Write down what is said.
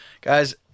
Guys